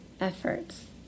efforts